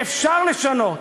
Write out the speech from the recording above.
ואפשר לשנות.